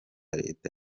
leta